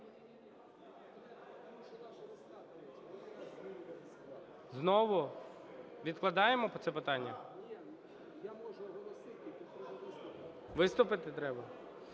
залі) Відкладаємо це питання? Виступити треба?